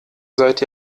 seit